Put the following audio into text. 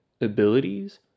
Abilities